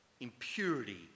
Impurity